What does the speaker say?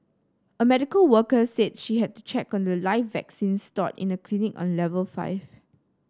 a medical worker said she had to check on live vaccines stored in a clinic on level five